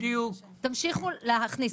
תמשיכו להכניס,